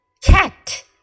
cat